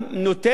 כזאת או אחרת,